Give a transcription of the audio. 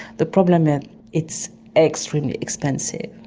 the problem is it's extremely expensive,